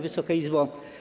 Wysoka Izbo!